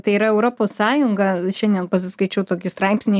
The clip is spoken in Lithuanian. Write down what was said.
tai yra europos sąjunga šiandien pasiskaičiau tokį straipsnį